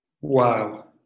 wow